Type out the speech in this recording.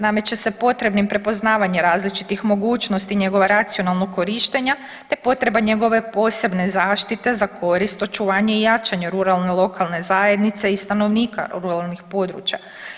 Nameće se potrebnim prepoznavanje različitih mogućnosti njegovog racionalnog korištenja te potreba njegove posebne zaštite za korist, očuvanje i jačanje ruralno lokalne zajednice i stanovnika ruralnih područja.